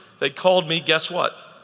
they called me, guess what?